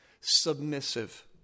Submissive